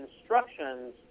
instructions